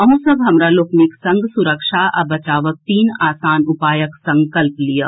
अहूँ सब हमरा लोकनिक संग सुरक्षा आ बचावक तीन आसान उपायक संकल्प लियऽ